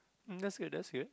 mm that's good that's good